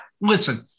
listen